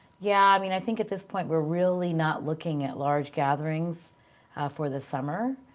yeah, i mean i think at this point we're really not looking at large gatherings for the summer.